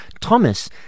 Thomas